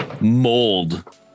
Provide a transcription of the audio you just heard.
mold